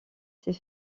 sait